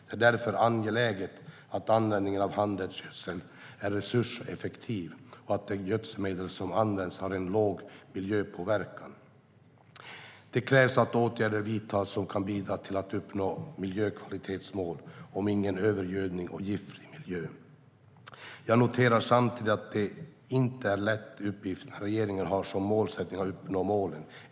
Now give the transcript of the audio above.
Det är därför angeläget att användningen av handelsgödsel är resurseffektiv och att de gödselmedel som används har en låg miljöpåverkan. Det krävs att åtgärder vidtas som kan bidra till att uppnå miljökvalitetsmålen Ingen övergödning och Giftfri miljö. Jag noterar samtidigt att det inte är en lätt uppgift, men regeringen har som målsättning att uppnå målen.